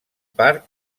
parc